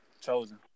chosen